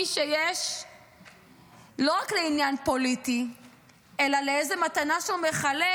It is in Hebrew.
שיש לא רק לעניין פוליטי אלא לאיזו מתנה שהוא מחלק